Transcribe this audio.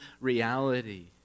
reality